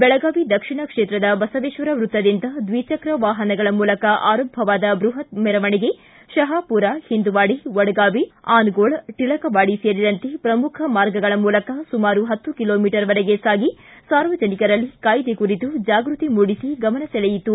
ಬೆಳಗಾವಿ ದಕ್ಷಿಣ ಕ್ಷೇತ್ರದ ಬಸವೇಶ್ವರ ವ್ಯಕ್ತದಿಂದ ದ್ವಿಚಕ್ರ ವಾಹನಗಳ ಮೂಲಕ ಆರಂಭವಾದ ಬೃಪತ್ ಮೆರವಣಿಗೆ ಶಹಾಮೂರ ಓಂದವಾಡಿ ವಡಗಾವಿ ಆನಗೋಳ ಟಿಳಕವಾಡಿ ಸೇರಿದಂತೆ ಪ್ರಮುಖ ಮಾರ್ಗಗಳ ಮೂಲಕ ಸುಮಾರು ಪತ್ತು ಕಿಲೋ ಮೀಟರ್ ವರೆಗೆ ಸಾಗಿ ಸಾರ್ವಜನಿಕರಲ್ಲಿ ಕಾಯ್ದೆ ಕುರಿತು ಜಾಗ್ಟತಿ ಮೂಡಿಸಿ ಗಮನ ಸೆಳೆಯಿತು